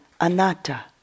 anatta